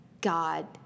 God